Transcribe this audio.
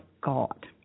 God